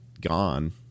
gone